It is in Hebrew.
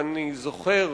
אני זוכר,